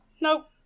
Nope